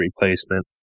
replacement